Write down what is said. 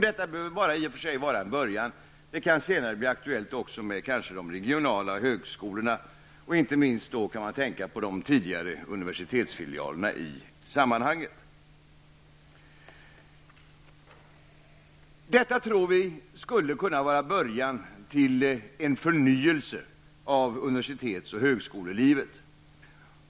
Detta behöver bara i och för sig vara en början. Det kan senare också bli aktuellt med kanske de regionala högskolorna, och inte minst kan man i sammanhanget tänka på de tidigare universitetsfilialerna. Vi tror att detta skulle kunna vara början till en förnyelse av universitets och högskolelivet.